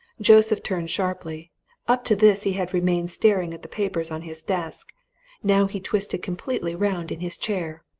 joseph turned sharply up to this he had remained staring at the papers on his desk now he twisted completely round in his chair.